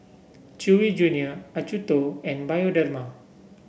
Chewy Junior Acuto and Bioderma